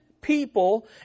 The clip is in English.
people